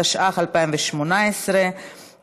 התשע"ח 2018,